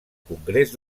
congrés